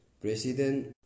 President